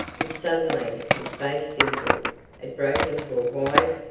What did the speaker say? and suddenly his face dimpled it broke into a wide,